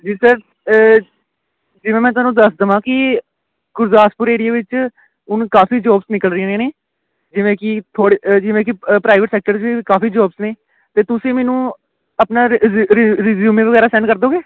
ਜੀ ਸਰ ਜਿਵੇਂ ਮੈਂ ਤੁਹਾਨੂੰ ਦੱਸ ਦੇਵਾਂ ਕਿ ਗੁਰਦਾਸਪੁਰ ਏਰੀਏ ਵਿੱਚ ਹੁਣ ਕਾਫੀ ਜੋਬਸ ਨਿਕਲ ਰਹੀਆਂ ਏ ਨੇ ਜਿਵੇਂ ਕਿ ਥੋੜ ਜਿਵੇਂ ਕਿ ਪ੍ਰਾਈਵੇਟ ਸੈਕਟਰ 'ਚ ਕਾਫੀ ਜੋਬਸ ਨੇ ਅਤੇ ਤੁਸੀਂ ਮੈਨੂੰ ਆਪਣਾ ਰਿਜ਼ੀਊਮੇ ਵਗੈਰਾ ਸੈਂਡ ਕਰ ਦਿਓਗੇ